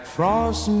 Frost